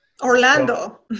Orlando